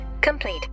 complete